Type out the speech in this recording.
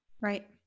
Right